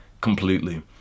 completely